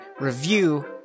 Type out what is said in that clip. review